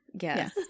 Yes